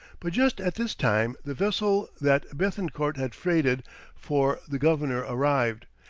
but just at this time, the vessel that bethencourt had freighted for the governor arrived,